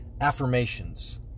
affirmations